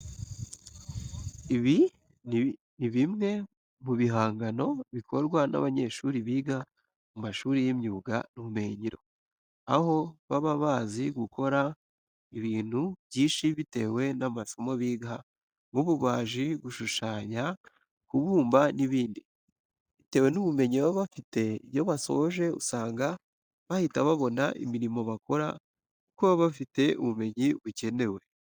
Ibi ni bimwe mu bihangano bikorwa n'abanyeshuri biga mu mashuri y'imyuga n'ubumenyingiro, aho baba bazi gukora ibintu byinshi bitewe n'amasomo biga nk'ububaji, gushushanya, kubumba n'ibindi. Bitewe n'ubumenyi baba bafite iyo basoje usanga bahita babona imirimo bakora kuko baba bafite ubumenyi bukenewe.